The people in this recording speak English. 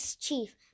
chief